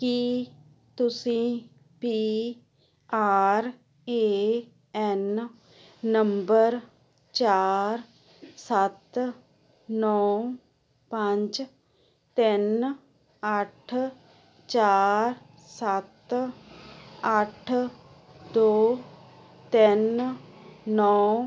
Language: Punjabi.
ਕੀ ਤੁਸੀਂ P R A N number ਚਾਰ ਸੱਤ ਨੌਂ ਪੰਜ ਤਿੰਨ ਅੱਠ ਚਾਰ ਸੱਤ ਅੱਠ ਦੋ ਤਿੰਨ ਨੌਂ